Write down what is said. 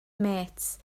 mêts